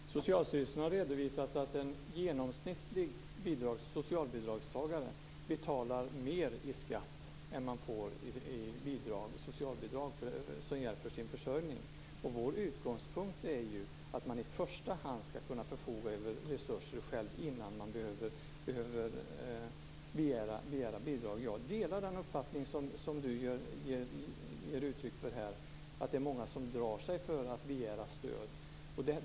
Fru talman! Socialstyrelsen har redovisat att en genomsnittlig socialbidragstagare betalar mer i skatt än han eller hon får i socialbidrag som hjälp till sin försörjning. Och vår utgångspunkt är ju att man i första hand skall kunna förfoga över resurser själv innan man behöver begära bidrag. Jag delar den uppfattning som Elisebeht Markström ger uttryck för här, nämligen att många drar sig för att begära stöd.